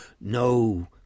no